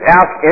ask